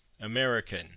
American